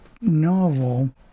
novel